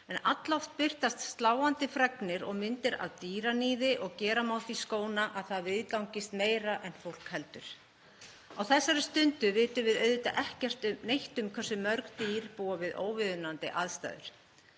en alloft birtast sláandi fregnir og myndir af dýraníði og gera því skóna að það viðgangist meira en fólk heldur. Á þessari stundu vitum við auðvitað ekkert um hversu mörg dýr búa við óviðunandi aðstæður.